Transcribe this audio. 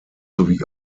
sowie